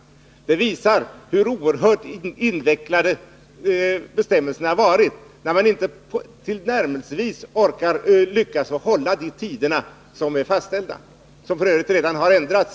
Det visar hur oerhört invecklade bestämmelserna är, när taxeringsnämnderna inte tillnärmelsevis lyckats hålla de tider som är fastställda, och som f. ö. redan delvis har ändrats.